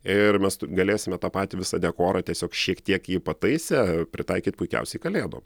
ir mes tu galėsime tą patį visą dekorą tiesiog šiek tiek jį pataisę pritaikyt puikiausiai kalėdom